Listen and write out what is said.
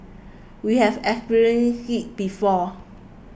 we have experienced it before